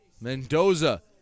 Mendoza